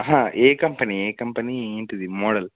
ఏ company ఏ company ఏంటిది model